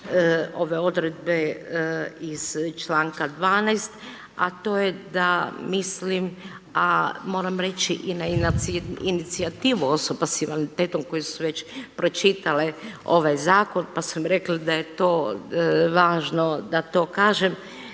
ove odredbe iz članka 12., a to je da mislim, a moram reći i na inicijativu osoba s invaliditetom koje su već pročitale ovaj zakon pa su rekli da je to važno da to kažem,